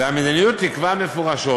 והמדיניות תקבע מפורשות